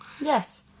Yes